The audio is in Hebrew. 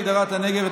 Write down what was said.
שינוי הגדרת הנגב),